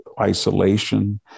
isolation